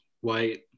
white